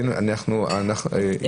הטעו אותי.